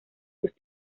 sus